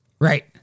Right